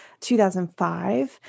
2005